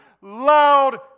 loud